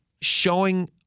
showing